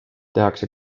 tehakse